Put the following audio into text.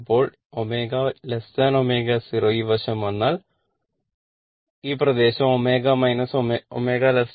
എപ്പോൾ ω ω0 ഈ വശം വന്നാൽ ω ω0 അതായത് ഈ പ്രദേശം